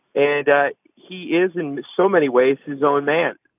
and he is in so many ways, his own man.